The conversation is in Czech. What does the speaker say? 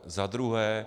Za druhé.